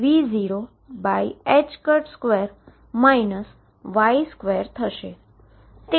તેથી X2Y2 બરાબર 2mV02L22 અચળ છે